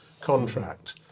contract